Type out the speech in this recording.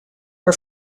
her